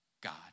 God